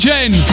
Jen